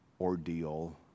ordeal